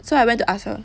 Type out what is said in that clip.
so I went to ask her